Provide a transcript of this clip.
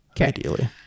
ideally